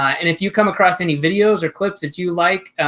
and if you come across any videos or clips that you like,